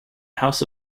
house